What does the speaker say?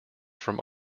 from